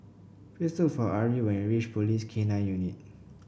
please look for Arie when you reach Police K Nine Unit